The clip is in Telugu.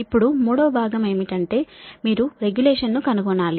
ఇప్పుడు మూడవ భాగం ఏమిటంటే మీరు రెగ్యులేషన్ ను కనుగొనాలి